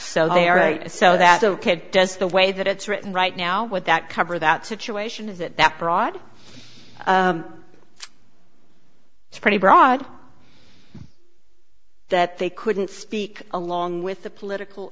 so they are right so that's ok does the way that it's written right now would that cover that situation is it that broad it's pretty broad that they couldn't speak along with the political